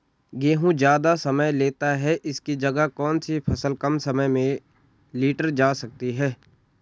गेहूँ ज़्यादा समय लेता है इसकी जगह कौन सी फसल कम समय में लीटर जा सकती है?